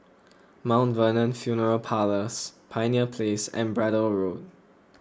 Mount Vernon funeral Parlours Pioneer Place and Braddell Road